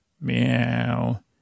meow